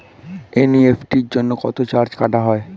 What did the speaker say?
NEFT জন্য কত charge কাটা হয়?